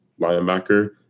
linebacker